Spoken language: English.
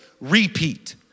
repeat